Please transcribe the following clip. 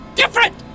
different